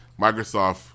Microsoft